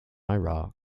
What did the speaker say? iraq